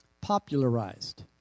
popularized